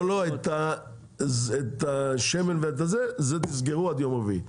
לא, את השמן ואת זה תסגרו עד יום רביעי.